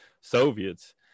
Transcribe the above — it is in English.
Soviets